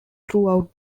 throughout